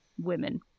women